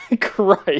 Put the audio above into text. Christ